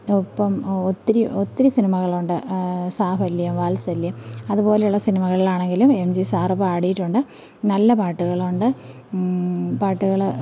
ഒപ്പം ഒത്തിരി ഒത്തിരി സിനിമകളുണ്ട് സാഹല്യം വാത്സല്യം അതുപോലെയുള്ള സിനിമകൾ ആണെങ്കിലും എം ജി സാറ് പാടിയിട്ടുണ്ട് നല്ല പാട്ടുകള് ഉണ്ട് പാട്ടുകള്